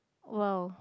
!wow!